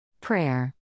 Prayer